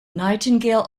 nightingale